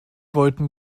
wollten